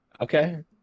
okay